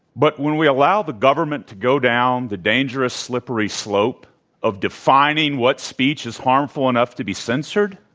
but when we allow the government to go down the dangerous slippery slope of defining what speech is harmful enough to be censored,